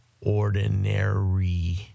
ordinary